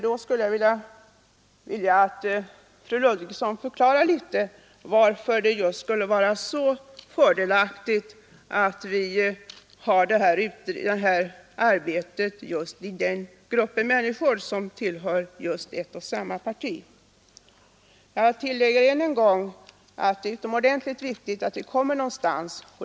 Jag skulle vilja be fru Ludvigsson förklara varför det skulle vara så fördelaktigt att detta arbete bedrivs av en grupp människor som tillhör ett och samma parti. Jag understryker än en gång att det är utomordentligt viktigt att vi kommer någonstans.